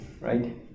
right